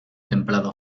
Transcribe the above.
templado